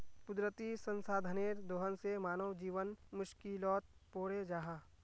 कुदरती संसाधनेर दोहन से मानव जीवन मुश्कीलोत पोरे जाहा